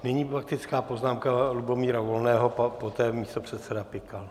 Nyní faktická poznámka Lubomíra Volného, poté místopředseda Pikal.